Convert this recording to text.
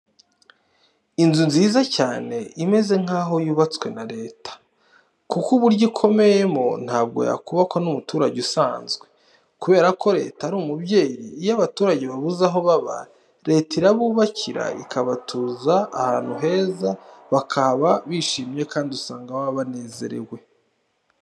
Inzu nziza cyane imeze nkaho yubatswe na Leta kuko uburyo ikomeyemo ntabwo yakubakwa n'umuturage usanzwe. Kubera ko Leta ari umubyeyi iyo abaturage babuze aho baba Leta irabubakira ikabatuza ahantu heza bakabaho bishimye kandi usanga baba banezerewe.